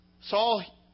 Saul